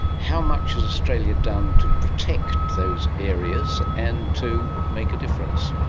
how much has australia done to protect those areas and to make a difference?